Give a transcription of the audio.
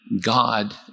God